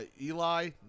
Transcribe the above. eli